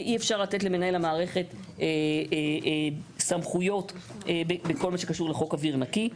אי אפשר לתת למנהל המערכת סמכויות בכל מה שקשור לחוק אוויר נקי.